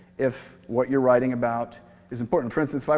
if what you're writing about is important. for instance, but